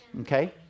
Okay